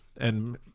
and-